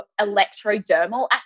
electrodermal